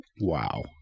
Wow